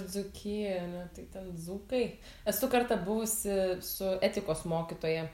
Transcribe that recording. dzūkijoje a ne tai ten dzūkai esu kartą buvusi su etikos mokytoja